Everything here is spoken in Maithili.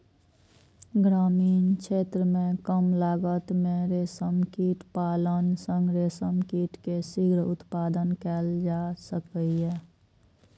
ग्रामीण क्षेत्र मे कम लागत मे रेशम कीट पालन सं रेशम कीट के शीघ्र उत्पादन कैल जा सकैए